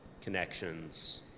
connections